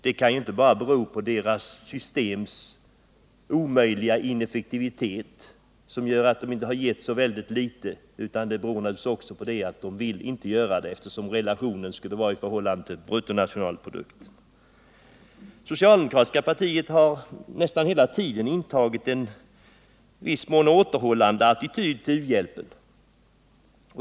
Det kan inte bara vara deras systems ineffektivitet som gör att de har givit så litet, utan det beror också på att de inte vill ge mera. Biståndet räknas ju i procent av BNP. Det socialdemokratiska partiet har nästan hela tiden intagit en i viss mån återhållande attityd till u-hjälpen.